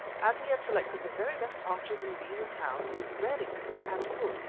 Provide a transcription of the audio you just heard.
as he had selected the very best archers in beza town who rarely missed and could,